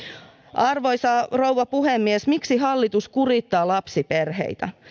arvoisa rouva puhemies miksi hallitus kurittaa lapsiperheitä